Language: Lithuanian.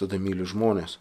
tada myliu žmones